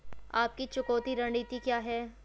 आपकी चुकौती रणनीति क्या है?